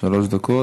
שלוש דקות.